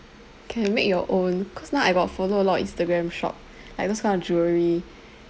can make your own cause now I got follow a lot of instagram shop like those kind of jewellery